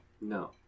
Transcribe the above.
no